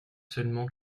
seulement